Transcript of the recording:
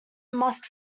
must